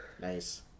Nice